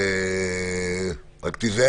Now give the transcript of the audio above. אין.